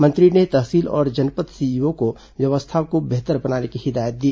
मंत्री ने तहसील और जनपद सीईओ को व्यवस्था को बेहतर बनाने की हिदायत दी